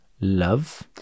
Love